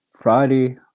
Friday